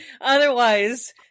Otherwise